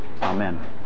Amen